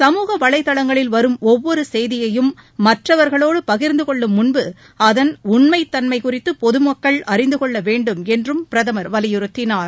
சமூக வலைதளங்களில் வரும் ஒவ்வொரு செய்தியையும் மற்றவர்களோடு பகிர்ந்தகொள்ளும் முன்பு அதன் உண்மைதன்மை குறித்து பொதுமக்கள் அறிந்துகொள்ள வேண்டும் என்றும் பிரதமர் வலியுறுத்தினார்